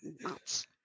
nuts